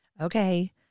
okay